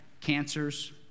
cancers